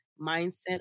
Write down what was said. mindset